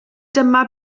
dyma